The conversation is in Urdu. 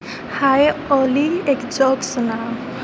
ہے اولی ایک جوک سناؤ نہ